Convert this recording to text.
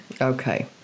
Okay